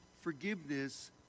Forgiveness